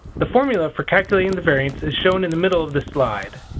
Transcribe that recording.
the formula for calculating the variance is shown in the middle of the slide.